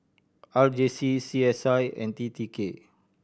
R J C C S I and T T K